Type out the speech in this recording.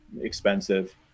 expensive